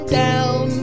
down